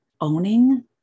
owning